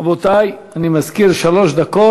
רבותי, אני מזכיר, שלוש דקות.